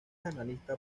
analista